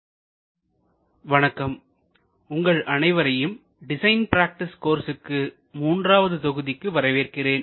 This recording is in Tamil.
basic protocols of industrial design வணக்கம் உங்கள் அனைவரையும் டிசைன் ப்ரக்டிஸ் கோர்ஸ்ஸின் மூன்றாவது தொகுதிக்கு வரவேற்கிறேன்